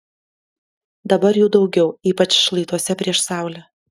dabar jų daugiau ypač šlaituose prieš saulę